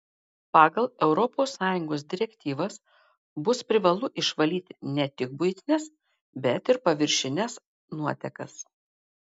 pagal europos sąjungos direktyvas bus privalu išvalyti ne tik buitines bet ir paviršines nuotekas